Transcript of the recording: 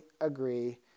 agree